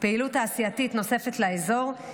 פעילות תעשייתית נוספת לאזור,